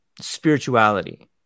spirituality